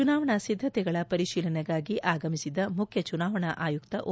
ಚುನಾವಣಾ ಸಿದ್ದತೆಗಳ ಪರಿಶೀಲನೆಗಾಗಿ ಆಗಮಿಸಿದ್ದ ಮುಖ್ಯ ಚುನಾವಣಾ ಆಯುಕ್ತ ಓ